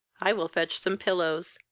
i will fetch some pillows.